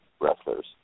wrestlers